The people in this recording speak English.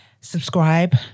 subscribe